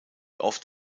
oft